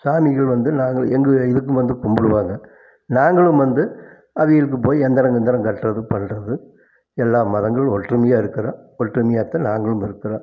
சாமிகள் வந்து நாங்களும் எங்களும் இதுக்கும் வந்து கும்பிடுவாங்க நாங்களும் வந்து அவிங்களுக்கு போய் யந்தரம் கிந்தரம் கட்டுறது பண்றது எல்லா மதங்களும் ஒற்றுமையாக இருக்கிறோம் ஒற்றுமையாகத்தான் நாங்களும் இருக்கிறோம்